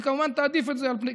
היא כמובן תעדיף את זה על פני